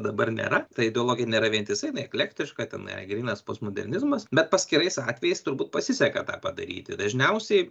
dabar nėra ta ideologija nėra vientisa jinai eklektiška ten yra grynas postmodernizmas bet paskirais atvejais turbūt pasiseka tą padaryti dažniausiai